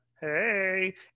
Hey